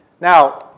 Now